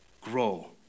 grow